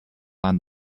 land